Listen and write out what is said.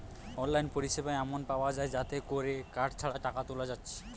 online পরিসেবা এমন পায়া যায় যাতে কোরে কার্ড ছাড়া টাকা তুলা যাচ্ছে